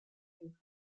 and